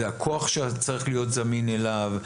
זה הכוח שצריך להיות זמין אליו,